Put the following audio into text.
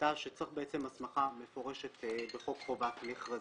הייתה שצריך הסמכה מפורשת בחוק חובת מכרזים.